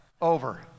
Over